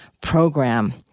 program